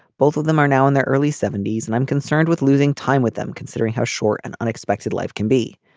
both of them are now in their early seventy s and i'm concerned with losing time with them considering how short an unexpected life can be.